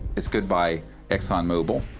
it's goodbye exxon mobil,